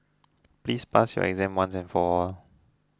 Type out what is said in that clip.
please pass your exam once and for all